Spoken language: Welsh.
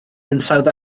hinsawdd